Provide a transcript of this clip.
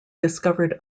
discovered